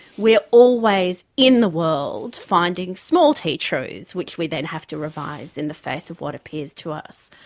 we're always in the world finding small t truths, which we then have to revise in the face of what appears to us.